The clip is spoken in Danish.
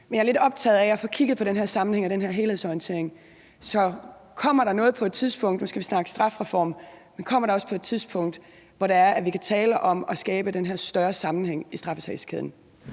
men jeg er lidt optaget af at få kigget på den her sammenhæng og den her helhedsorientering. Nu skal vi snakke om en strafreform, men kommer der også et tidspunkt, hvor vi kan tale om at skabe den her større sammenhæng i straffesagskæden?